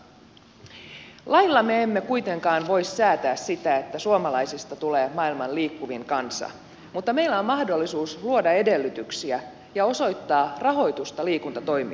lailla me emme kuitenkaan voi säätää sitä että suomalaisista tulee maailman liikkuvin kansa mutta meillä on mahdollisuus luoda edellytyksiä ja osoittaa rahoitusta liikuntatoimijoille